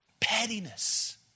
pettiness